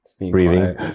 breathing